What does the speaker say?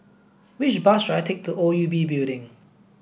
which bus should I take to O U B Building